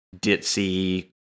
ditzy